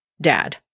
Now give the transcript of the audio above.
dad